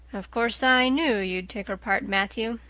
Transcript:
of course i knew you'd take her part, matthew.